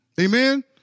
Amen